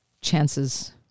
chances